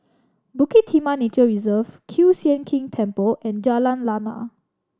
Bukit Timah Nature Reserve Kiew Sian King Temple and Jalan Lana